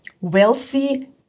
wealthy